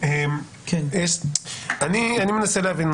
אני מנסה להבין משהו.